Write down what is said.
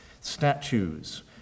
statues